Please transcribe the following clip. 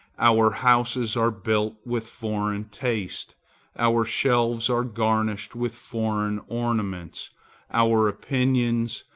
our houses are built with foreign taste our shelves are garnished with foreign ornaments our opinions,